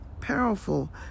powerful